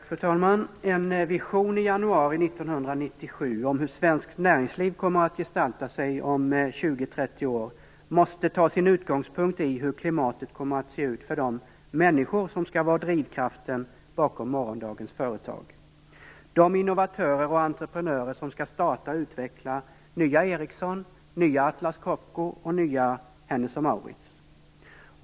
Fru talman! En vision i januari 1997 om hur svenskt näringsliv kommer att gestalta sig om 20-30 år måste ta sin utgångspunkt i hur klimatet kommer att se ut för de människor som skall vara drivkraften bakom morgondagens företag - de innovatörer och entreprenörer som skall starta och utveckla nya Ericsson, nya Atlas Copco och nya Hennes & Mauritz.